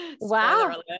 Wow